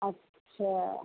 अच्छा